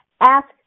Ask